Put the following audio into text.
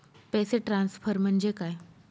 पैसे ट्रान्सफर म्हणजे काय?